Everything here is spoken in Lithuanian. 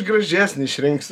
gražesnį išrinksiu